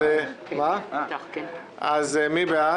מי בעד?